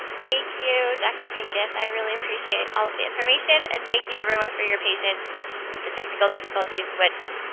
thank you, dr. pincus. i really appreciate all of the information, and thank you everyone for your patience with the technical difficulties, which